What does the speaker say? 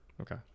Okay